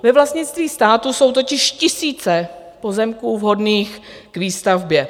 Ve vlastnictví státu jsou totiž tisíce pozemků vhodných k výstavbě.